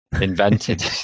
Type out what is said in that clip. invented